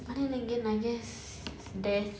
but then again I guess death